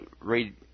Read